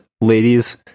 ladies